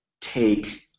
take